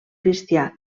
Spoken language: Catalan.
cristià